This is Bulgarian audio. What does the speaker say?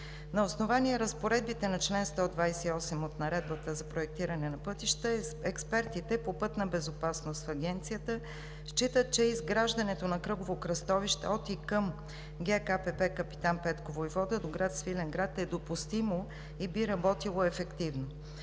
На основание разпоредбите на чл. 128 от Наредбата за проектиране на пътища експертите по пътна безопасност в Агенцията считат, че изграждането на кръгово кръстовище от и към ГКПП „Капитан Петко войвода“ до град Свиленград е допустимо и би работило ефективно.